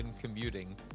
commuting